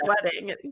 sweating